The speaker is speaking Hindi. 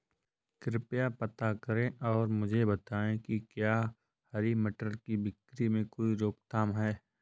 कृपया पता करें और मुझे बताएं कि क्या हरी मटर की बिक्री में कोई रोकथाम है?